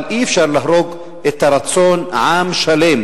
אבל אי-אפשר להרוג את הרצון של עם שלם